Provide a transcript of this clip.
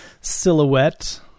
silhouette